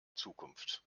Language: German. zukunft